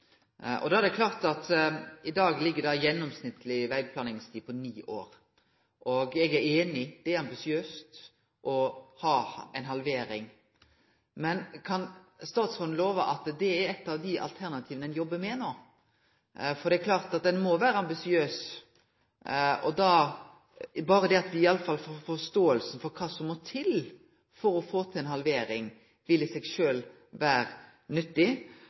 I dag er den gjennomsnittlege vegplanleggingstida ni år. Eg er einig, det er ambisiøst med ei halvering, men kan statsråden love at det er eit av dei alternativa ein jobbar med no? For det er klart at ein må vere ambisiøs, og berre det at me iallfall forstår kva som må til for å få til ei halvering, vil i seg sjølv vere nyttig.